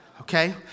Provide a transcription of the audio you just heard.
okay